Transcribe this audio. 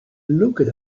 looked